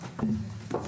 הישיבה ננעלה בשעה 12:30.